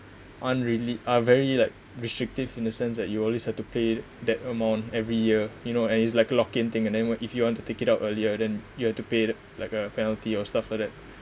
unrelat~ are very like restrictive in the sense that you always have to pay that amount every year you know and it's like a lock in thing and then what if you want to take it up earlier than you have to pay like a penalty or stuff like that